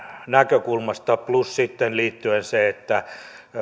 näkökulmasta plus sitten liittyen myös siihen että